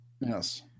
Yes